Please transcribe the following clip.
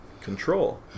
Control